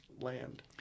land